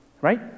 right